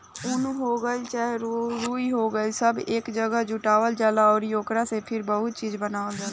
उन हो गइल चाहे रुई हो गइल सब एक जागह जुटावल जाला अउरी ओकरा से फिर बहुते चीज़ बनावल जाला